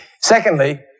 Secondly